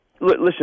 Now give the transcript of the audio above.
Listen